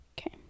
Okay